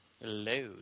Hello